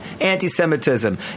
anti-Semitism